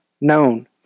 known